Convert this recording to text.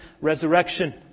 resurrection